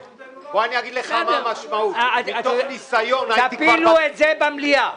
תפילו את זה במליאה.